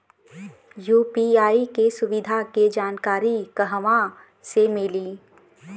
UPI के सुविधा के जानकारी कहवा से मिली?